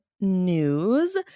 news